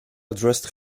addressed